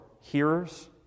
hearers